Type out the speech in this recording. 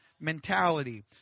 mentality